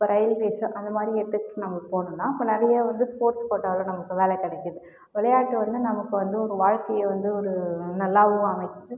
இப்போ ரெயில்வேஸ் அந்த மாரி எடுத்துகிட்டு நம்ம போனோம்னா இப்போ நிறைய வந்து ஸ்போர்ட்ஸ் கோட்டாவில நமக்கு வேலை கிடைக்குது விளையாட்டு வந்து நமக்கு வந்து ஒரு வாழ்க்கையை வந்து ஒரு நல்லாவும் அமைக்குது